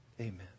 amen